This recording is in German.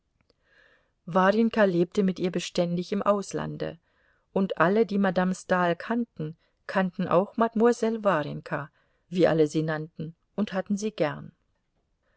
warjenka lebte mit ihr beständig im auslande und alle die madame stahl kannten kannten auch mademoiselle warjenka wie alle sie nannten und hatten sie gern